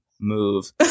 move